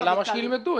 אבל למה שילמדו?